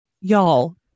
y'all